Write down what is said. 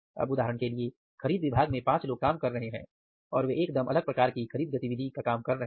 अब उदाहरण के लिए खरीद बिक्री विभाग में 5 लोग काम कर रहे हैं और वे एकदम अलग प्रकार की खरीद गतिविधि का काम कर रहे हैं